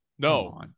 No